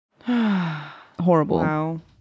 horrible